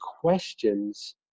questions